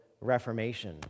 Reformation